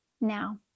Now